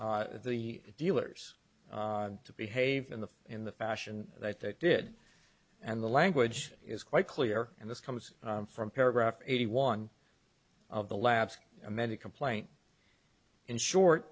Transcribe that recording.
motivating the dealers to behave in the in the fashion that they did and the language is quite clear and this comes from paragraph eighty one of the lab's amended complaint in short